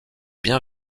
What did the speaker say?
bien